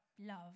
Love